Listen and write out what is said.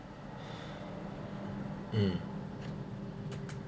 um